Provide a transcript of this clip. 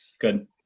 Good